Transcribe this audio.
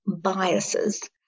biases